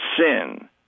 sin